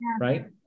right